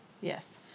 Yes